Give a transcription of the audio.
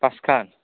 পাঁচখান